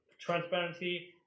Transparency